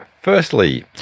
firstly